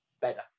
better